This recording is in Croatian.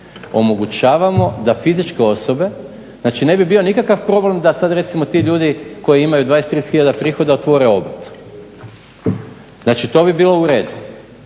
omogućavamo da fizičke osobe, znači ne bi bio nikakav problem da sada recimo ti ljudi koji imaju 20, 30 hiljada prihoda otvore obrt. Znači to bi bilo u redu.